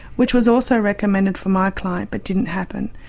which was also recommended for my client but didn't happen.